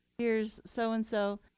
here's so and so.